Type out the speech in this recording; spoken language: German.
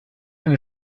eine